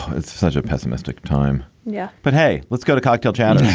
it's such a pessimistic time. yeah, but hey, let's go to cocktail janzen.